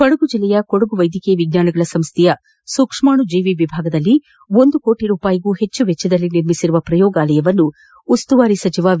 ಕೊಡಗು ಜಿಲ್ಲೆಯ ಕೊಡಗು ವೈದ್ಯಕೀಯ ವಿಜ್ಞಾನಗಳ ಸಂಸ್ಥೆಯ ಸೂಕ್ಷ್ಮಾಣುಜೀವಿ ವಿಭಾಗದಲ್ಲಿ ಒಂದು ಕೋಟಿ ರೂಪಾಯಿಗೂ ಹೆಚ್ಚು ವಚ್ಚದಲ್ಲಿ ನಿರ್ಮಿಸಿರುವ ಪ್ರಯೋಗಾಲಯವನ್ನು ಉಸ್ತುವಾರಿ ಸಚಿವ ವಿ